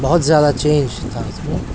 بہت زیادہ چینج تھا اس میں